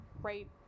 right